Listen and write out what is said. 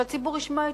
שהציבור ישמע,